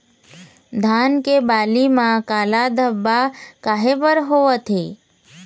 धान के बाली म काला धब्बा काहे बर होवथे?